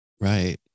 Right